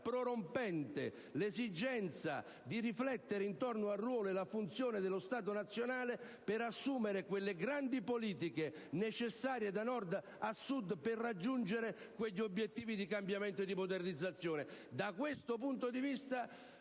prorompente l'esigenza di riflettere intorno al ruolo e alla funzione dello Stato nazionale, per assumere quelle grandi politiche necessarie, da Nord a Sud, per raggiungere quegli obiettivi di cambiamento e di modernizzazione. Da questo punto di vista,